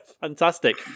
Fantastic